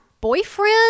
boyfriend